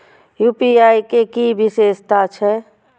UPI के कि विषेशता छै?